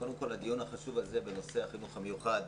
קודם כל הדיון החשוב הזה בנושא החינוך המיוחד.